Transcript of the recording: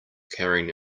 carrying